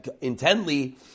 intently